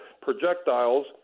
projectiles